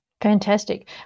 Fantastic